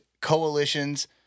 coalitions